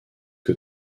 que